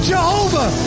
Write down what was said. Jehovah